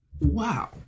Wow